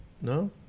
No